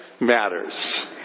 matters